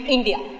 India